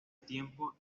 tiempo